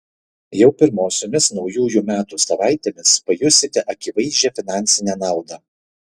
jau pirmosiomis naujųjų metų savaitėmis pajusite akivaizdžią finansinę naudą